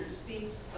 speaks